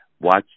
Watch